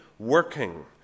working